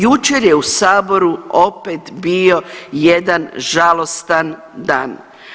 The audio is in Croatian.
Jučer je u saboru opet bio jedan žalostan dan.